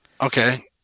Okay